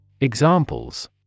Examples